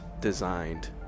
designed